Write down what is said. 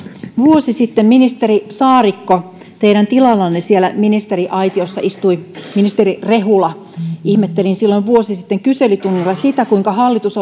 vuosi sitten ministeri saarikko teidän tilallanne siellä ministeriaitiossa istui ministeri rehula ihmettelin silloin vuosi sitten kyselytunnilla sitä kuinka hallitus